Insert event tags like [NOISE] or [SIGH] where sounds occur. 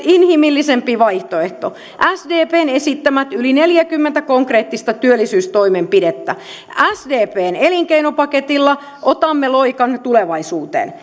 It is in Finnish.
inhimillisempi vaihtoehto sdpn esittämät yli neljäkymmentä konkreettista työllisyystoimenpidettä sdpn elinkeinopaketilla otamme loikan tulevaisuuteen [UNINTELLIGIBLE]